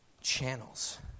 channels